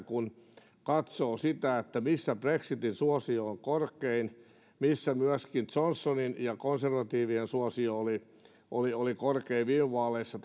kun katsoo sitä missä brexitin suosio on korkein missä myöskin johnsonin ja konservatiivien suosio oli oli korkein viime vaaleissa